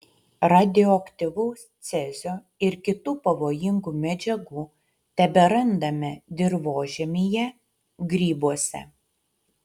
radioaktyvaus cezio ir kitų pavojingų medžiagų teberandame dirvožemyje grybuose